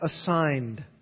assigned